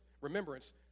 remembrance